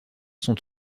sont